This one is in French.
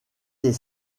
des